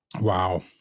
Wow